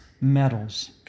metals